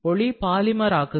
ஒளி பாலிமராக்குதல்